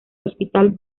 hospital